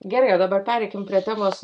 gerai o dabar pereikim prie temos